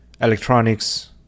electronics